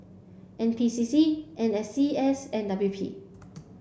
N P C C N S C S and W P